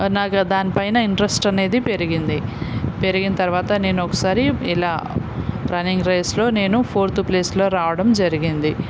నాకు దానిపైన ఇంట్రెస్ట్ అనేది పెరిగింది పెరిగిన తర్వాత నేను ఒకసారి ఇలా రన్నింగ్ రైస్లో నేను ఫోర్త్ ప్లేస్లో రావడం జరిగింది